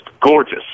gorgeous